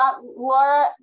Laura